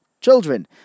children